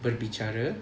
berbicara